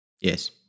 Yes